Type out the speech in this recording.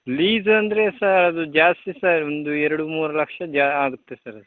lease ಅಂದರೆ sir ಅದು ಜಾಸ್ತಿ ಸರ್ ಒಂದು ಎರಡು ಮೂರು ಲಕ್ಷ ಜಾ ಆಗುತ್ತೆ ಸರ್